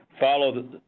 follow